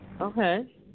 Okay